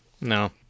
No